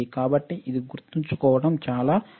కాబట్టి ఇది గుర్తుంచుకోవడం చాలా ముఖ్యం